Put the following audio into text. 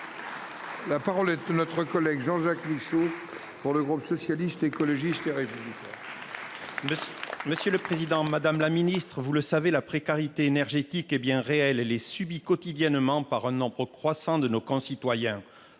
La parole est notre collègue Jean-Jacques Michaux. Pour le groupe socialiste, écologiste, RFI.